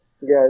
yes